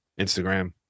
Instagram